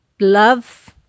love